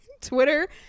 Twitter